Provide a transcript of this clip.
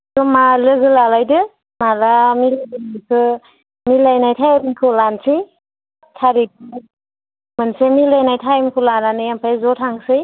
ज'मा लोगो लालायदो माला मिलायगोन बेखौ मिलायनाय थाइमखौ लानसै थारिक मोनसे मिलायनाय थाइमखौ लानानै आमफाय ज' थांसै